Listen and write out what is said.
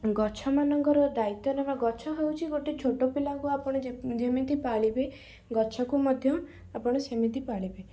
ଗଛ ମାନଙ୍କର ଦାୟିତ୍ୱ ନେବା ଗଛ ହେଉଛି ଗୋଟେ ଛୋଟ ପିଲାଙ୍କୁ ଆପଣ ଯେମିତି ପାଳିବେ ଗଛକୁ ମଧ୍ୟ ଆପଣ ସେମିତି ପାଳିବେ